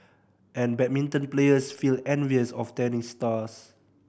and badminton players feel envious of tennis stars